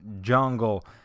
jungle